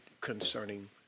concerning